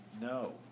no